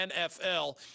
NFL